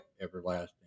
everlasting